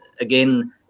again